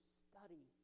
study